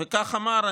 וכך אמר,